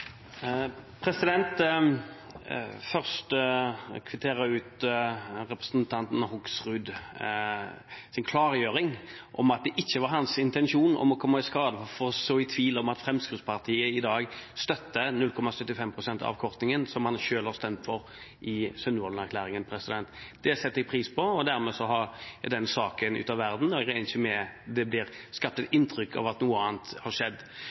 minutt. Først vil jeg kvittere ut representanten Hoksruds klargjøring av at det ikke var hans intensjon å komme i skade for å så tvil om at Fremskrittspartiet i dag støtter 0,75 pst.-avkortingen, som han selv har stemt for i Sundvolden-erklæringen. Det setter jeg pris på. Dermed er den saken ute av verden, og jeg regner ikke med at det blir skapt inntrykk av at noe annet har skjedd.